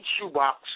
shoebox